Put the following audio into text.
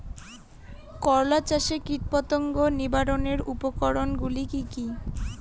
করলা চাষে কীটপতঙ্গ নিবারণের উপায়গুলি কি কী?